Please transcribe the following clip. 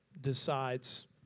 decides